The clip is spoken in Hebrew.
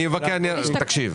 תקשיב,